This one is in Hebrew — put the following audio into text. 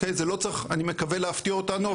זה לא צריך אני מקווה להפתיע אותנו,